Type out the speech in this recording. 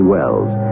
Wells